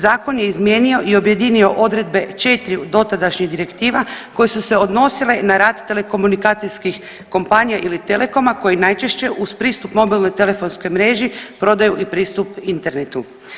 Zakon je izmijenio i objedinio odredbe 4 dotadašnjih direktiva koje su se odnosile na rad telekomunikacijskih kompanija ili Telekoma koji najčešće uz pristup mobilnoj telefonskoj mreži prodaju i pristup internetu.